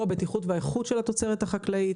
הבטיחות והאיכות של התוצרת החקלאית,